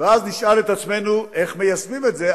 ואז נשאל את עצמנו: איך מיישמים את זה,